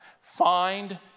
Find